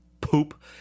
poop